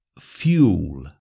fuel